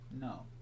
No